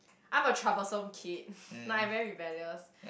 I'm a troublesome kid like I'm very rebellious